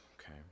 okay